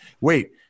wait